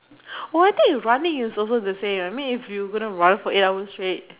what I think you running is also the same I mean if you gonna run for eight hours straight